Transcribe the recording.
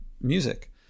music